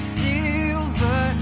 silver